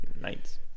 nice